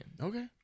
Okay